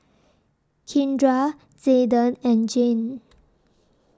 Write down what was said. Kindra Zayden and Jayne